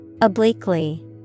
Obliquely